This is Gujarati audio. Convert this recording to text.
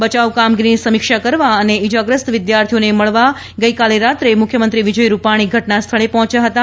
બચાવ કામગીરીની સમીક્ષા કરવા અને ઇજાગ્રસ્ત વિદ્યાર્થીઓને મળવા ગઇકાલે રાત્રે મુખ્યમંત્રી વિજય રૂપાણી ઘટનાસ્થળે પહોંચ્યા હતા